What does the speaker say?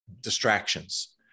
distractions